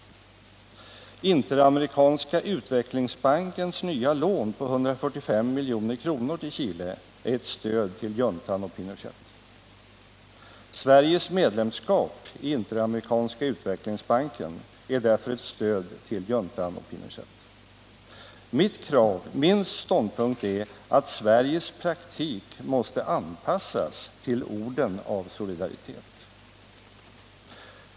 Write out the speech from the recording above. Interamerikanska utvecklingsbankens nya lån på 145 milj.kr. till Chile är ett stöd till juntan och Pinochet. Sveriges medlemskap i Interamerikanska utvecklingsbanken är därför ett stöd till juntan och Pinochet. Min ståndpunkt är att Sveriges praktiska politik måste anpassas till orden om solidaritet.